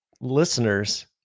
listeners